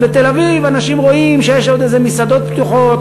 אז בתל-אביב אנשים רואים שיש עוד איזה מסעדות פתוחות,